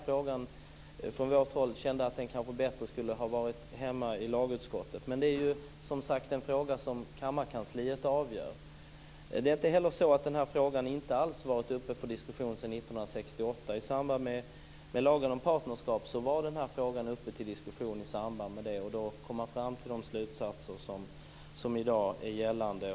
Från vårt håll kände vi att frågan kanske hade passat bättre i lagutskottet, men det är, som sagt, något som kammarkansliet avgör. Det är heller inte så att den här frågan inte alls har varit uppe för diskussion sedan 1968. I samband med lagen om partnerskap var frågan uppe till diskussion. Man kom då fram till de slutsatser som i dag är gällande.